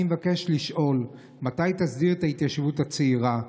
אני מבקש לשאול: מתי תסדיר את ההתיישבות הצעירה?